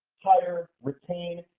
hire, retain,